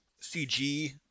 CG